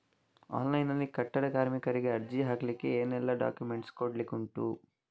Online ನಲ್ಲಿ ಕಟ್ಟಡ ಕಾರ್ಮಿಕರಿಗೆ ಅರ್ಜಿ ಹಾಕ್ಲಿಕ್ಕೆ ಏನೆಲ್ಲಾ ಡಾಕ್ಯುಮೆಂಟ್ಸ್ ಕೊಡ್ಲಿಕುಂಟು?